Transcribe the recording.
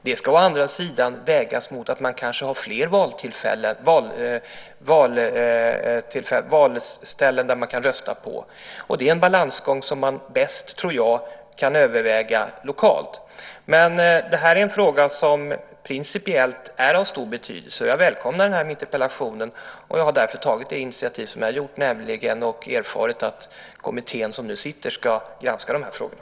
Det ska å andra sidan vägas mot att man kanske har fler ställen där man kan rösta. Jag tror att det är en balansgång som man bäst kan överväga lokalt. Detta en fråga som är av stor principiell betydelse. Jag välkomnar den här interpellationen och har därför tagit initiativ till att kommittén som nu arbetar ska granska de här frågorna.